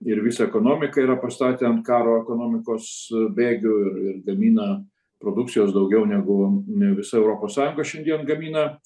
ir visą ekonomiką yra pastatę ant karo ekonomikos bėgių ir gamina produkcijos daugiau negu visa europos sąjunga šiandien gamina